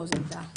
לא, זאת הודעה.